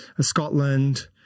Scotland